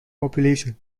population